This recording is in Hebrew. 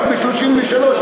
רק ב-33,